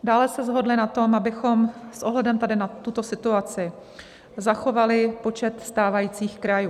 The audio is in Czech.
Dále se shodli na tom, abychom s ohledem na tuto situaci zachovali počet stávajících krajů.